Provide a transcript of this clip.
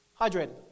hydrated